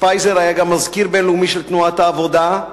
שפייזר היה גם מזכיר בין-לאומי של תנועת העבודה,